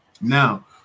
now